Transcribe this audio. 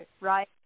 right